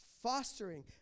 fostering